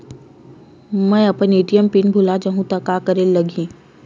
मैं अपन ATM pin भुला जहु का करे ला लगही?